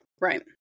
Right